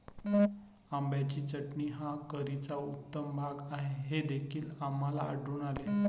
आंब्याची चटणी हा करीचा उत्तम भाग आहे हे देखील आम्हाला आढळून आले